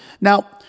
Now